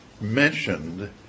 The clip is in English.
mentioned